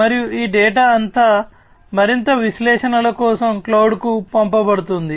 మరియు ఈ డేటా అంతా మరింత విశ్లేషణల కోసం క్లౌడ్కు పంపబడుతుంది